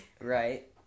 Right